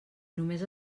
només